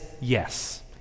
Yes